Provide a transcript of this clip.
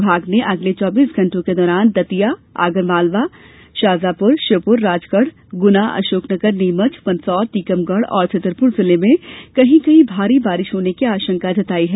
विभाग ने अगले चौबीस घंटों के दौरान शाजापुर आगरमालवा दतिया शिवपुरी श्योपुर राजगढ़ गुना अशोकनगर नीमच मंदसौर टीकमगढ़ और छतरपुर जिलों में कहीं कहीं भारी बारिश होने की भी आशंका जताई है